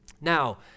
Now